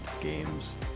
Games